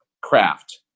craft